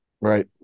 right